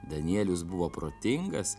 danielius buvo protingas